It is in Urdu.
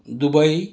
دبئی